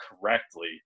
correctly